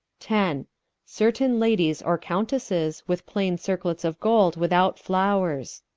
ten certaine ladies or countesses, with plaine circlets of gold, without flowers.